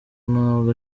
ntabwo